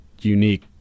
unique